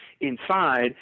inside